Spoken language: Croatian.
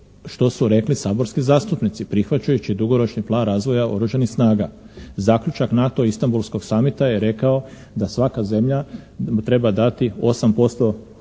što su rekli saborski zastupnici prihvaćajući dugoročni plan razvoja oružanih snaga. Zaključak NATO Istanbulskog summit-a je rekao da svaka zemlja treba dati 8%